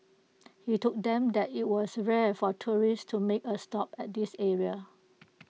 he told them that IT was rare for tourists to make A stop at this area